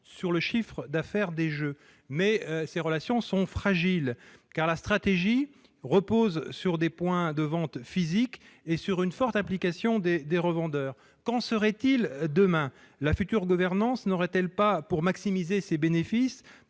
sur le chiffre d'affaires des jeux. Ces relations sont à la fois bonnes et fragiles, car la stratégie repose sur des points de vente physiques et sur une forte implication des revendeurs. Qu'en serait-il demain ? La future gouvernance n'aurait-elle pas, pour maximiser ses bénéfices,